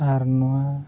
ᱟᱨ ᱱᱚᱣᱟ